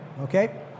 Okay